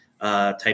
type